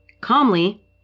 Calmly